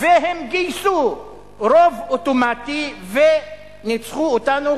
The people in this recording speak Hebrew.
והם גייסו רוב אוטומטי וניצחו אותנו,